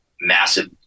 massive